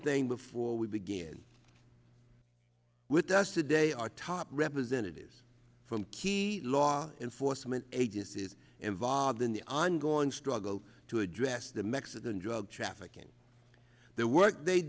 thing before we begin with us today our top representatives from key law enforcement agencies involved in the ongoing struggle to address the mexican drug trafficking the work they